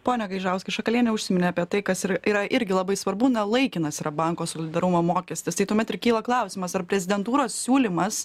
pone gaižauskai šakalienė užsiminė apie tai kas ir yra irgi labai svarbu na laikinas yra banko solidarumo mokestis tai tuomet ir kyla klausimas ar prezidentūros siūlymas